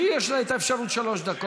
יש לה אפשרות, שלוש דקות.